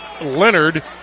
Leonard